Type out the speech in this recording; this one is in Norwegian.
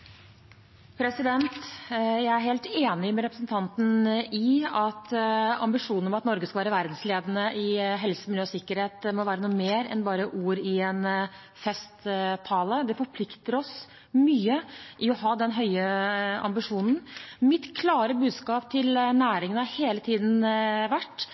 nå? Jeg er helt enig med representanten i at ambisjonen om at Norge skal være verdensledende innen helse, miljø og sikkerhet, må være noe mer enn bare ord i en festtale. Det forplikter oss mye å ha den høye ambisjonen. Mitt klare budskap til næringen har hele tiden vært